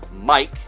Mike